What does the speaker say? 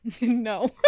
No